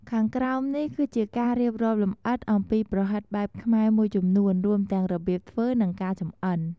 ខាងក្រោមនេះគឺជាការរៀបរាប់លម្អិតអំពីប្រហិតបែបខ្មែរមួយចំនួន រួមទាំងរបៀបធ្វើ និងការចំអិន។